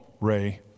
Ray